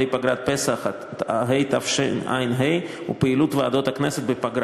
פגרת הפסח התשע"ה ופעילות ועדות הכנסת בפגרה,